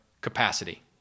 capacity